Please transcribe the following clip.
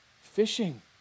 fishing